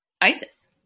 ISIS